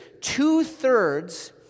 two-thirds